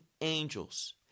angels